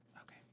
Okay